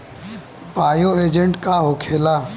Bio agent का होखेला?